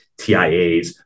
TIAs